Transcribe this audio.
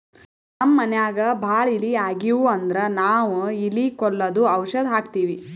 ನಮ್ಮ್ ಮನ್ಯಾಗ್ ಭಾಳ್ ಇಲಿ ಆಗಿವು ಅಂದ್ರ ನಾವ್ ಇಲಿ ಕೊಲ್ಲದು ಔಷಧ್ ಹಾಕ್ತಿವಿ